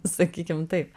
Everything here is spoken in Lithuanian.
sakykim taip